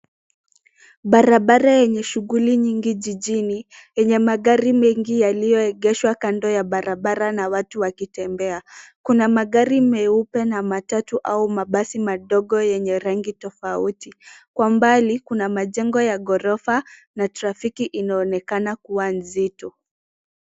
Barabara yenye shughuli nyingi jijini, yenye magari mengi yaliyoegeshwa kando ya barabara na watu wakitembea. Kuna magari meupe na matatu au mabasi madogo yenye rangi tofauti. Kwa mbali kuna majengo ya ghorofa na trafiki inaonekana kuwa nzito.